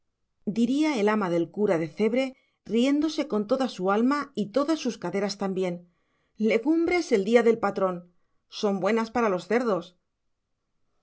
diría el ama del cura de cebre riéndose con toda su alma y todas sus caderas también legumbres el día del patrón son buenas para los cerdos